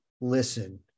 listen